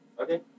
Okay